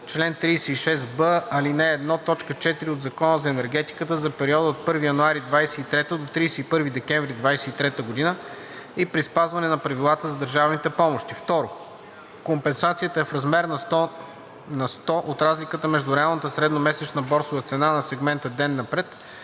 чл. 36б, ал. 1, т. 4 от Закона за енергетика за периода от 1 януари 2023 г. до 31 декември 2023 г. и при спазване на правилата за държавните помощи. 2. Компенсацията е в размер 100 на 100 от разликата между реалната средномесечна борсова цена на сегмента „ден напред“